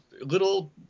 little